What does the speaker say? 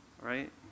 Right